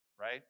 right